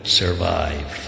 survive